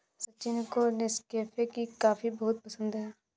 सचिन को नेस्कैफे की कॉफी बहुत पसंद है